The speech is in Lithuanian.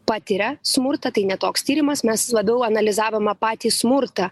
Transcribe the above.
patiria smurtą tai ne toks tyrimas mes labiau analizavimą patį smurtą